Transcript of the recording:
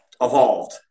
evolved